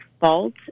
fault